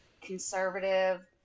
conservative